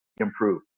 improve